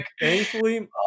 Thankfully